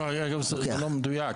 זה לא מדויק,